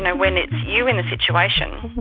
and when it's you in the situation,